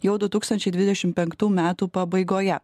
jau du tūkstančiai dvidešim penktų metų pabaigoje